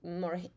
more